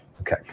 Okay